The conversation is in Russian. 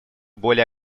более